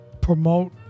promote